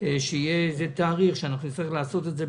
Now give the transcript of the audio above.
שיהיה תאריך ונצטרך לעשות את זה,